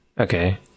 okay